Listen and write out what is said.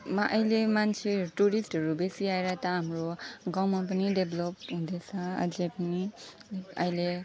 मा अहिले मान्छेहरू टुरिस्टहरू बेसी आएर त हाम्रो गाउँमा पनि डेभलोप हुँदैछ अझ पनि अहिले